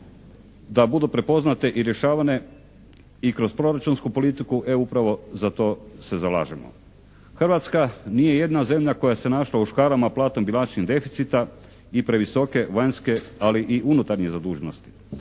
da budu prepoznate i rješavane i kroz proračunsku politiku, e upravo za to se zalažemo. Hrvatska nije jedina zemlja koja se našla u škarama platnog bilančnog deficita i previsoke vanjske ali i unutarnje zaduženosti.